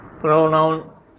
Pronoun